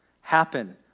happen